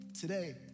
Today